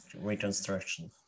reconstruction